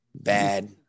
bad